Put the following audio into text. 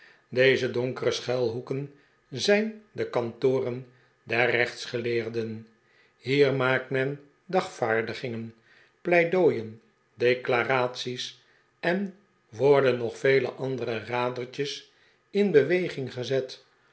deze donkere schuilhoeken zijn de kantoren der rechtsgeleerden hier maakt men daevaardingen pleidooieh declaraties en worden nog vele andere radertjes in beweging gezet